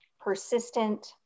persistent